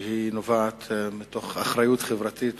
נובעת מאחריות חברתית